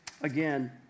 again